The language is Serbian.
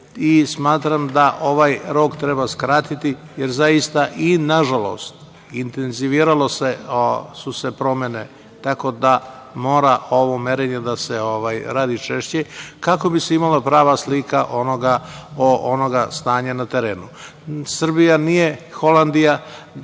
i smatram da ovaj rok treba skratiti, jer zaista, nažalost, su se intenzivirale promene, tako da mora ovo merenje da se radi češće, kako bi se imala prava slika onoga stanja na terenu. Srbija nije Holandija